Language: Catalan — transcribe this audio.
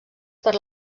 per